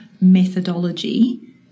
methodology